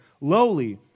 lowly